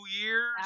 years